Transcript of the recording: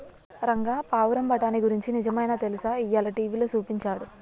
రంగా పావురం బఠానీ గురించి నిజమైనా తెలుసా, ఇయ్యాల టీవీలో సూపించాడు